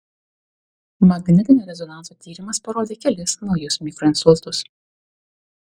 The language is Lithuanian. magnetinio rezonanso tyrimas parodė kelis naujus mikroinsultus